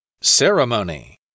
Ceremony